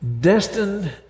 destined